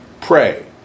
pray